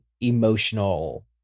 emotional